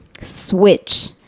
switch